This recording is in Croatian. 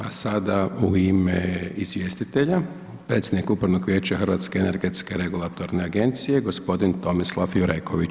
a sada u ime izvjestitelja predsjednik Upravnog vijeća Hrvatske energetske regulatorne agencije, gospodin Tomislav Jureković.